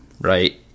right